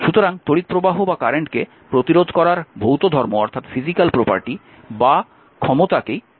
সুতরাং তড়িৎ প্রবাহ বা কারেন্টকে প্রতিরোধ করার ভৌত ধর্ম বা ক্ষমতাকেই বৈদ্যুতিক রোধ বলা হয়